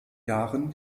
jahren